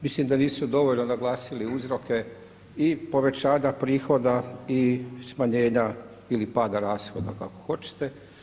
Mislim da nisu dovoljno naglasili uzroke i povećanja prihoda i smanjenja ili pada rashoda kako hoćete.